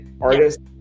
Artists